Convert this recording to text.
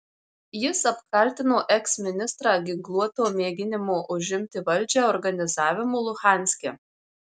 jis apkaltino eksministrą ginkluoto mėginimo užimti valdžią organizavimu luhanske